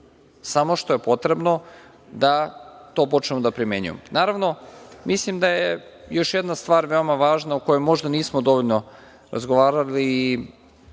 samo što je potrebno da to počnemo da primenjujemo. Naravno, mislim da je još jedna stvar, veoma važna o kojoj možda nismo dovoljno razgovarali